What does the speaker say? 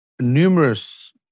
numerous